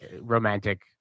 romantic